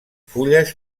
fulles